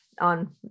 on